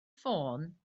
ffôn